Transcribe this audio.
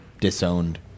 disowned